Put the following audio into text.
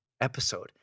episode